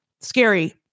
Scary